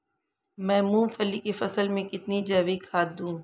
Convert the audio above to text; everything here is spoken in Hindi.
मैं मूंगफली की फसल में कितनी जैविक खाद दूं?